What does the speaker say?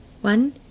One